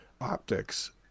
optics